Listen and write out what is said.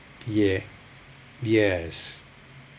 yeah yes